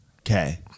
Okay